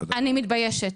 אני מתביישת.